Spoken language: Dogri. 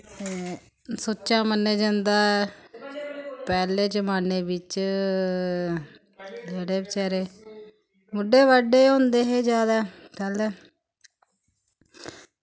सुच्चा मन्नेआ जंदा ऐ पैह्ले जमानै बिच्च जेह्ड़े बचैरे बुड्ढे बड्ढे होंदे हे जैदा